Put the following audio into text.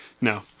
No